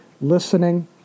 listening